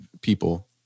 people